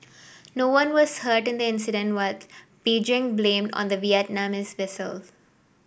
no one was hurt in the incident what Beijing blamed on the Vietnamese vessel